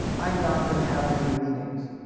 i'm not going to have many meetings.